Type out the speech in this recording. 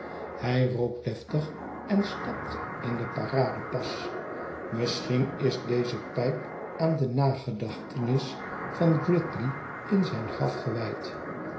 hij rookt deftig en stapt in den paradepas misschien is deze pijp aan de nagedachtenis van gridley in zijn graf gewijd